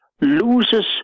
loses